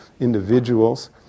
individuals